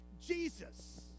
Jesus